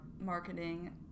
marketing